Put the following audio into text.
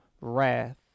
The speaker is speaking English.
wrath